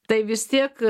tai vis tiek